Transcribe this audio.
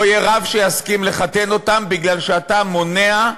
לא יהיה רב שיסכים לחתן אותם מפני שאתה מונע,